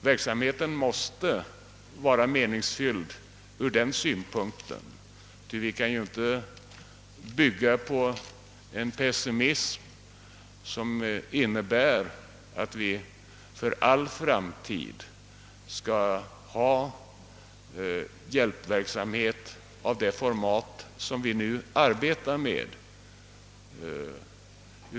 Verksamheten måste vara meningsfylld från den synpunkten, ty vi kan inte bygga på en pessimism som innebär att vi för all framtid skall ha hjälpverksamhet av det format som vi nu arbetar med.